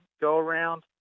go-around